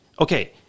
Okay